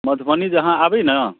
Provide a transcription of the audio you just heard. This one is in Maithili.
मधुबनी जे अहाँ आबि ने